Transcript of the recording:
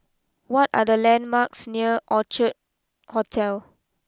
what are the landmarks near Orchard Hotel